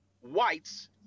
whites